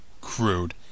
crude